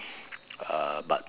uh